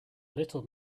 little